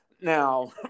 Now